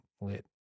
lit